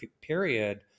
period